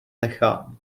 nechám